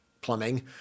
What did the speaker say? plumbing